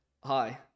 hi